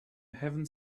haven’t